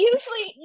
Usually